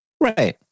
Right